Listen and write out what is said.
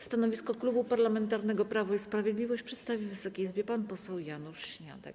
Stanowisko Klubu Parlamentarnego Prawo i Sprawiedliwość przedstawi Wysokiej Izbie pan poseł Janusz Śniadek.